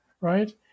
right